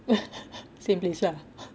serious ah